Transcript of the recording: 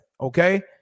okay